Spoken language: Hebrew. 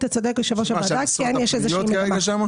אתה צודק, יושב-ראש הוועדה, יש איזושהי מגמה.